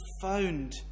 found